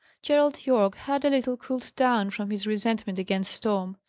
gerald yorke had a little cooled down from his resentment against tom.